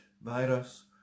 virus